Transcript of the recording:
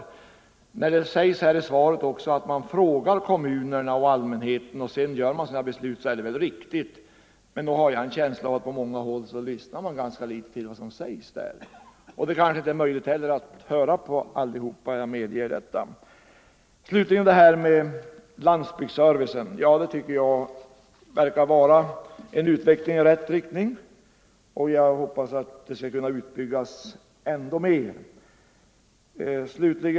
Nr 122 Det sägs också i svaret att man frågar kommunerna och allmänheten Torsdagen den innan man beslutar om omläggningar, och det är väl riktigt. Men nog 14 november 1974 har jag en känsla av att postverket på många håll lyssnar ganska litet = på vad som sägs. Det kanske heller inte är möjligt att höra på alla, jag > Ang. postservicen åt medger detta. landsbygdsbefolk Landsbygdsservicen verkar vara en utveckling i rätt riktning, och jag — ningen hoppas att den skall kunna utbyggas ännu mer.